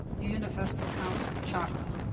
universal council charter